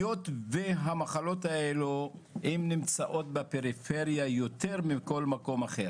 היות והמחלות האלו הם נמצאות בפריפריה יותר מכל מקום אחר